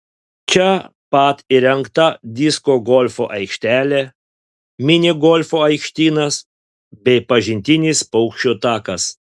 čia pat įrengta disko golfo aikštelė mini golfo aikštynas bei pažintinis paukščių takas